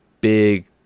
big